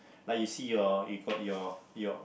like you see your you got your